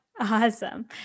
Awesome